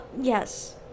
yes